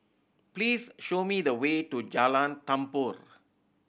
please show me the way to Jalan Tambur